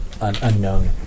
unknown